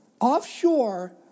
offshore